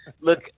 look